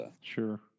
sure